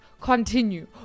continue